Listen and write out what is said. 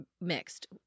mixed